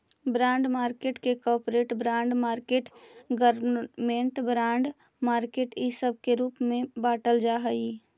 bond market के corporate bond market government bond market इ सब के रूप में बाटल जा हई